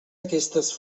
aquestes